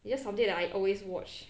it's just something that I always watch